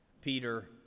Peter